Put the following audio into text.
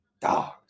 Dogs